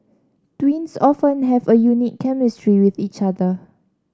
twins often have a unique chemistry with each other